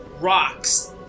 rocks